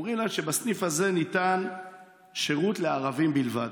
אומרים להם שבסניף הזה ניתן שירות לערבים בלבד.